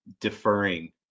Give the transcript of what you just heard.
deferring